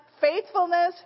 faithfulness